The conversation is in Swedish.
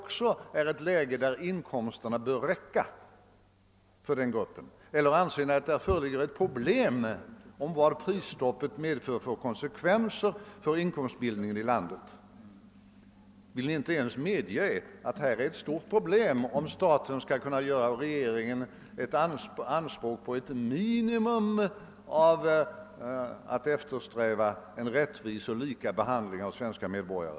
Anser Ni att inkomsterna också i detta läge bör räcka för den gruppen, eller anser Ni att prisstoppets konsekvenser för inkomstbildningen i landet verkligen är ett problem? Vill Ni inte ens medge att detta är ett stort problem, om regeringen har åtminstone ett minimalt anspråk på att eftersträva en rättvis och lika behandling av svenska medborgare?